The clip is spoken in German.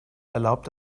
erlaubt